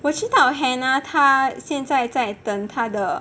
我知道 hannah 他现在在等他的